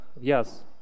yes